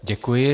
Děkuji.